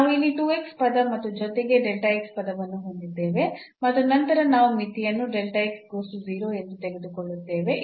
ನಾವು ಇಲ್ಲಿ ಪದ ಮತ್ತು ಜೊತೆಗೆ ಪದವನ್ನು ಹೊಂದಿದ್ದೇವೆ ಮತ್ತು ನಂತರ ನಾವು ಮಿತಿಯನ್ನು ಎಂದು ತೆಗೆದುಕೊಳ್ಳುತ್ತೇವೆ